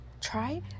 try